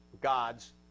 God's